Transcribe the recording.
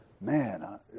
man